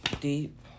deep